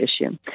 issue